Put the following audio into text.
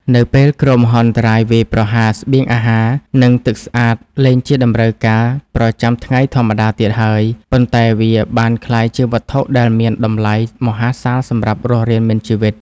នៅពេលគ្រោះមហន្តរាយវាយប្រហារ ស្បៀងអាហារ និងទឹកស្អាតលែងជាតម្រូវការប្រចាំថ្ងៃធម្មតាទៀតហើយ ប៉ុន្តែវាបានក្លាយជាវត្ថុដែលមានតម្លៃមហាសាលសម្រាប់រស់រានមានជីវិត។